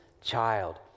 child